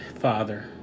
Father